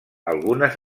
algunes